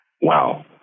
Wow